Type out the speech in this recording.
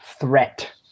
threat